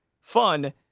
fun